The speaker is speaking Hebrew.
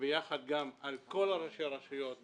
יחד עם כל ראשי הרשויות שנמצאים,